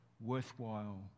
worthwhile